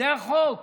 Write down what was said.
זה החוק.